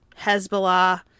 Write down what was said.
Hezbollah